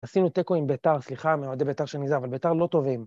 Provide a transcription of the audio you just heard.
עשינו תיקו עם ביתר, סליחה מאוהדי ביתר שמזה, אבל ביתר לא טובים.